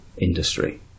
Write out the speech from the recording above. industry